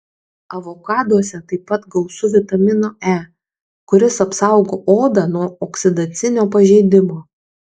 avokaduose taip pat gausu vitamino e kuris apsaugo odą nuo oksidacinio pažeidimo